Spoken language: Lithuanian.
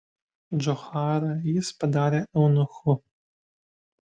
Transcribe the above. džocharą jis padarė eunuchu